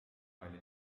oli